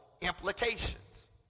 implications